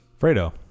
Fredo